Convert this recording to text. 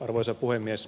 arvoisa puhemies